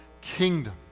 kingdom